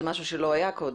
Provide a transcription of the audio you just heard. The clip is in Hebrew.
זה משהו שלא היה קודם.